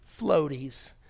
floaties